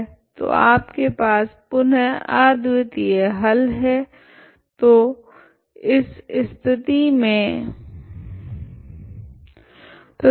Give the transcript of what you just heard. तो आपके पास पुनः अद्वितीय हल है तो इस स्थिति मे